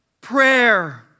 prayer